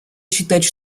считать